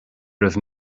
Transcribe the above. raibh